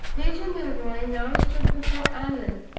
major milroy now stood before allan,